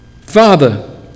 Father